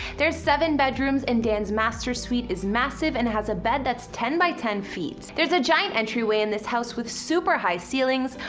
there's seven bedrooms and dan's master suite is massive and has a bed that's ten by ten feet. there's a giant entryway in this house with super high ceilings,